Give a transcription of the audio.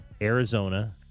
Arizona